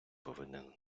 повинен